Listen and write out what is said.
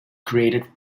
created